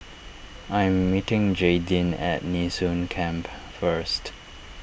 I am meeting Jaydin at Nee Soon Camp first